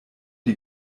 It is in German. die